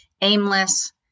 aimless